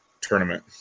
tournament